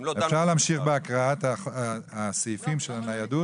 אפשר להמשיך בהקראת סעיפי הניידות.